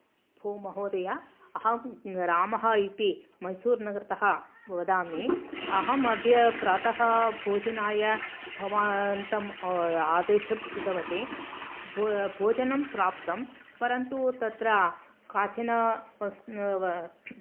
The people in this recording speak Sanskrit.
भो महोदय अहं रामः इति मैसूरुनगरतः वदामि अहं अद्य प्रातः भोजनाय भवन्तम् आदेशः कृतवती भोजनं प्राप्तं परन्तु तत्र काचन